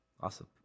Awesome